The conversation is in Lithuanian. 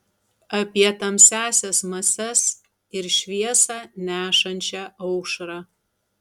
apie tamsiąsias mases ir šviesą nešančią aušrą